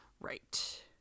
Right